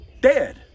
dead